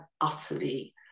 utterly